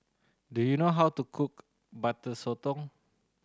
do you know how to cook Butter Sotong